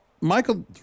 Michael